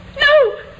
No